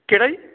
ਕਿਹੜਾ ਜੀ